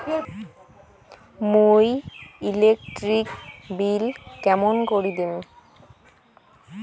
মুই electric bill কেমন করি দিম?